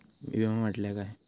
विमा म्हटल्या काय?